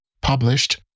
published